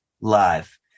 live